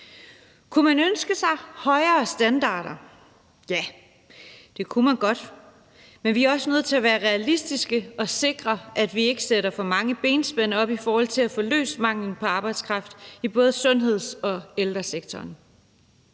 Kunne man ønske sig højere standarder? Ja, det kunne man godt, men vi er også nødt til at være realistiske og sikre, at vi ikke sætter for mange benspænd op i forhold til at få løst manglen på arbejdskraft i både sundheds- og ældresektoren.